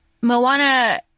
moana